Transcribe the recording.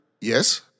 yes